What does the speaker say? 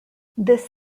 this